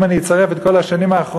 אם אני אצרף את כל השנים האחרונות,